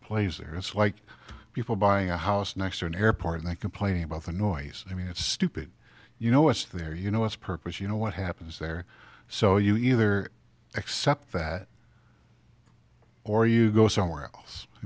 plays there it's like people buying a house next to an airport and they complain about the noise i mean it's stupid you know it's there you know its purpose you know what happens there so you either accept that or you go somewhere else i